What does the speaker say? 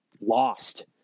lost